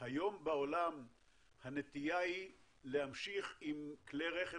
היום בעולם הנטייה היא להמשיך עם כלי רכב